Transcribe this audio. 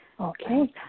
Okay